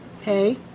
hey